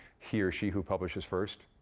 he or she who publishes first,